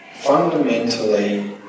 Fundamentally